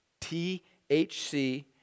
THC